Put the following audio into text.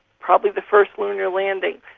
probably the first lunar landing,